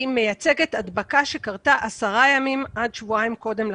מייצגת הדבקה שקרתה עשרה ימים עד שבועיים קודם לכן.